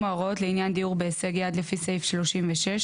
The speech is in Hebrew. ההוראות לעניין דיור בהישג יד לפי סעיף 36,